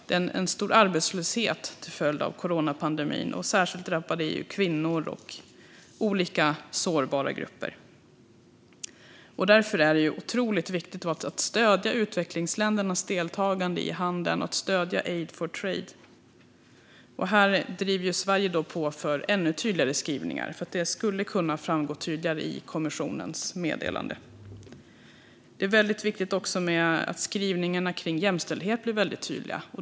Det råder en stor arbetslöshet till följd av coronapandemin, och den drabbar särskilt kvinnor och olika sårbara grupper. Därför är det otroligt viktigt att stödja utvecklingsländernas deltagande i handeln och att stödja Aid for Trade. Här driver Sverige på för skarpare skrivningar så att det framgår tydligare i kommissionens meddelande. Det är också viktigt att skrivningarna om jämställdhet blir tydliga.